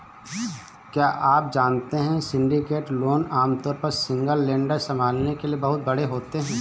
क्या आप जानते है सिंडिकेटेड लोन आमतौर पर सिंगल लेंडर संभालने के लिए बहुत बड़े होते हैं?